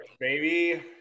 Baby